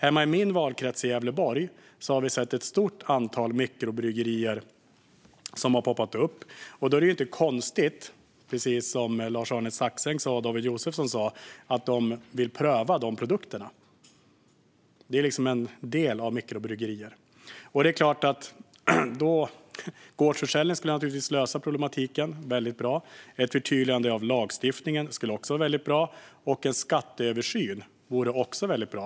I min valkrets Gävleborg har ett stort antal mikrobryggerier poppat upp. Det är inte konstigt att de vill pröva produkterna, precis som LarsArne Staxäng och David Josefsson sa. Det är en del av att driva mikrobryggeri. Gårdsförsäljning skulle naturligtvis lösa problematiken. Det skulle vara väldigt bra. Ett förtydligande av lagstiftningen skulle också vara väldigt bra. Även en skatteöversyn vore väldigt bra.